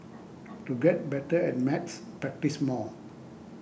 to get better at maths practise more